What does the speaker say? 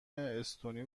استونی